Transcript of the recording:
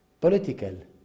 political